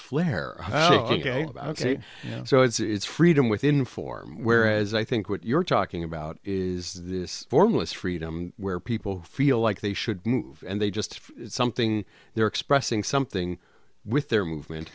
flair ok ok so it's freedom within form whereas i think what you're talking about is this formless freedom where people feel like they should move and they just something they're expressing something with their movement